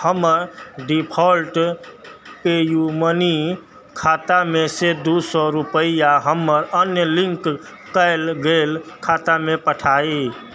हमर default PayU money मनी खातामेसँ दू सए रुपैआ हमर अन्य लिंक कएल गेल खातामे पठाबी